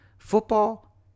Football